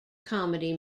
comedy